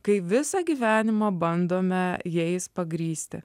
kai visą gyvenimą bandome jais pagrįsti